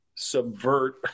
subvert